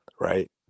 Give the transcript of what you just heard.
right